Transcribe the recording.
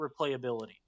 replayability